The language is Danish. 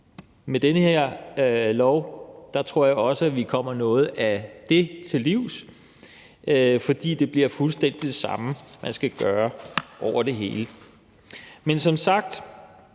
Med den her lov tror jeg også vi kommer noget af det til livs, for det bliver fuldstændig det samme, man skal gøre over det hele. Men som sagt